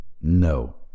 No